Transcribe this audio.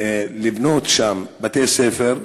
לבנות שם בתי-ספר,